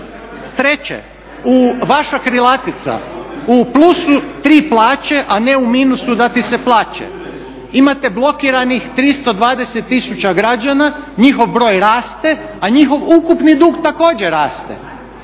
Treće, vaša krilatica ″U plusu tri plaće, a ne u minusu da ti se plače″. Imate blokiranih 320 000 građana, njihov broj raste, a njihov ukupni dug također raste.